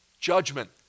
judgment